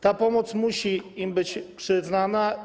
Ta pomoc musi im być przyznana.